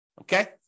Okay